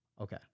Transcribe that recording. okay